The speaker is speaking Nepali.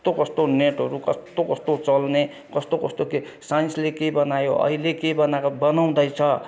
कस्तो कस्तो नेटहरू कस्तो कस्तो चल्ने कस्तो कस्तो के साइन्सले के बनायो अहिले के बनाएर बनाउँदैछ